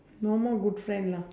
no more good friend lah